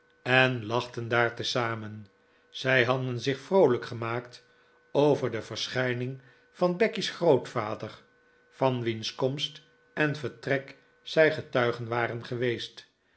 en lachten daar te zamen zij hadden zich vroolijk gemaakt over de verschijning van becky's grootvader van wiens komst en vertrek zij getuigen waren geweest